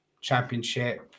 championship